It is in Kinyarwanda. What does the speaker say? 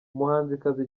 umuhanzikazi